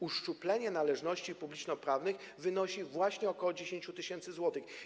Uszczuplenie należności publicznoprawnych wynosi właśnie ok. 10 tys. zł.